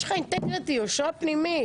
יש לך אינטגריטי, יושרה פנימית.